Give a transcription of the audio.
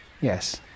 Yes